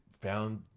found